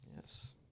Yes